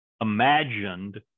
imagined